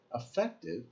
effective